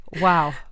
Wow